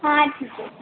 हाँ ठीक है